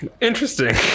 interesting